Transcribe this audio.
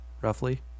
roughly